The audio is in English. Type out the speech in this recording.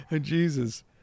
Jesus